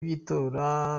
by’itora